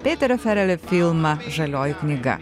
žalioji knyga